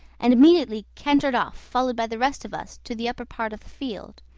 and immediately cantered off, followed by the rest of us to the upper part of the field,